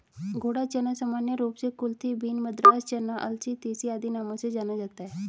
घोड़ा चना सामान्य रूप से कुलथी बीन, मद्रास चना, अलसी, तीसी आदि नामों से जाना जाता है